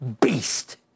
beast